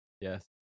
yes